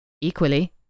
Equally